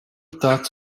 ptát